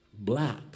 Black